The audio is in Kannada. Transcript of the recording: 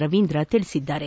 ರವೀಂದ್ರ ತಿಳಿಸಿದ್ದಾರೆ